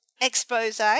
expose